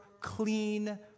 clean